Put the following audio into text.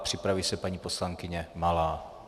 Připraví se paní poslankyně Malá.